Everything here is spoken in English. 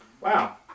Wow